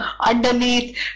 underneath